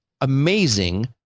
amazing